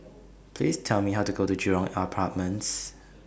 Please Tell Me How to get to Jurong Apartments